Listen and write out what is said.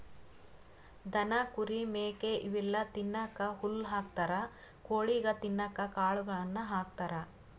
ದನ ಕುರಿ ಮೇಕೆ ಇವೆಲ್ಲಾ ತಿನ್ನಕ್ಕ್ ಹುಲ್ಲ್ ಹಾಕ್ತಾರ್ ಕೊಳಿಗ್ ತಿನ್ನಕ್ಕ್ ಕಾಳುಗಳನ್ನ ಹಾಕ್ತಾರ